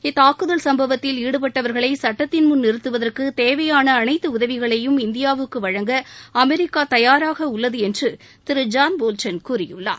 இத்தாக்குதல் சம்பவத்தில் ஈடுபட்டவர்களை சட்டத்தின் முன் நிறுத்துவதற்கு தேவையான அனைத்து உதவிகளையும் இந்தியாவுக்கு வழங்க அமெரிக்கா தயாராக உள்ளது என்று திரு ஜான் போல்டன் கூறியுள்ளார்